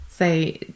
say